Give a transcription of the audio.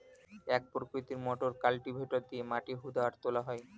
এক প্রকৃতির motor cultivator দিয়ে মাটি হুদা আর তোলা হয়